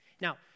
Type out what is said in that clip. Now